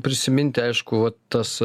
prisiminti aišku vat tas